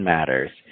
Matters